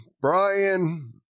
Brian